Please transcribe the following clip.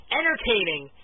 entertaining